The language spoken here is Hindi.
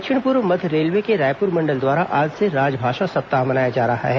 दक्षिण पूर्व मध्य रेलवे के रायपुर मंडल द्वारा आज से राजभाषा सप्ताह मनाया जा रहा है